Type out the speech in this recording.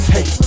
Hey